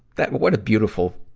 that, what a beautiful,